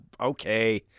Okay